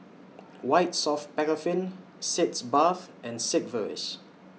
White Soft Paraffin Sitz Bath and Sigvaris